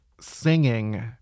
singing